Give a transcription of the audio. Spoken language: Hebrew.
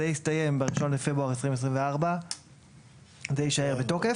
זה יסתיים ב-1 בפברואר 2024. זה יישאר בתוקף.